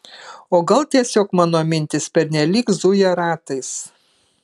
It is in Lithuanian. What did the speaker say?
o gal tiesiog mano mintys pernelyg zuja ratais